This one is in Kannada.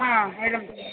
ಹಾಂ